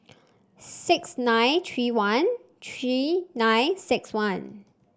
six nine three one three nine six one